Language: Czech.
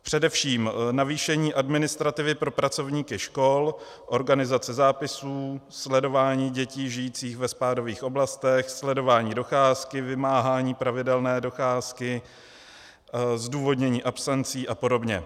Především navýšení administrativy pro pracovníky škol, organizace zápisů, sledování dětí žijících ve spádových oblastech, sledování docházky, vymáhání pravidelné docházky, zdůvodnění absencí a podobně.